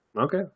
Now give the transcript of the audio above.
okay